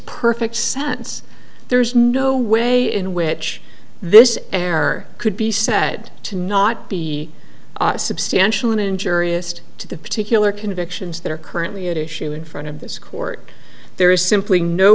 perfect sense there is no way in which this error could be said to not be substantial and injurious to the particular convictions that are currently at issue in front of this court there is simply no